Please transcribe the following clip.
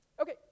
Okay